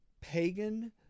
pagan